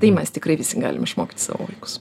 tai mes tikrai visi galim išmokyti savo vaikus